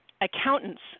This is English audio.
accountants